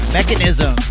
Mechanism